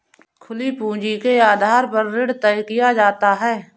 खुली पूंजी के आधार पर ऋण तय किया जाता है